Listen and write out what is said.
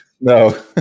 no